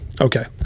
Okay